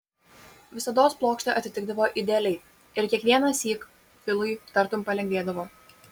visados plokštė atitikdavo idealiai ir kiekvienąsyk filui tartum palengvėdavo